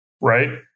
right